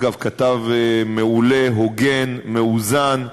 דרך אגב, כתב מעולה, הוגן, מאוזן,